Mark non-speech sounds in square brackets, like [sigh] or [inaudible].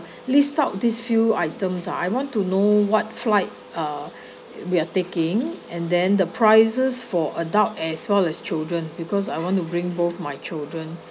list out these few items ah I want to know what flight uh [breath] we are taking and then the prices for adult as well as children because I want to bring both my children [breath]